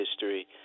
history